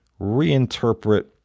reinterpret